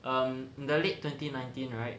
um the late twenty nineteen right